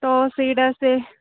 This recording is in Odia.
ତ ସେଇଟା ସେ